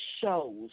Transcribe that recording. shows